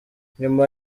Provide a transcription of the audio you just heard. nyuma